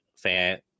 fan